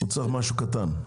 הוא צריך משהו קטן.